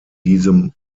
diesem